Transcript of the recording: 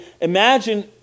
imagine